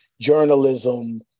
journalism